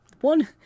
one